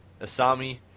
Asami